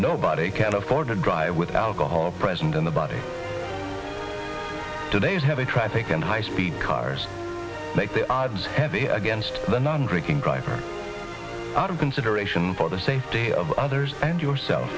nobody can afford to drive with alcohol present in the body today's heavy traffic and high speed cars make the odds heavy against the non drinking driver out of consideration for the safety of others and yourself